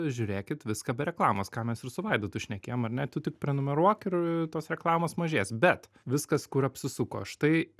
žiūrėkit viską be reklamos ką mes ir su vaidotu šnekėjom ar ne tu tik prenumeruok ir tos reklamos mažės bet viskas kur apsisuko štai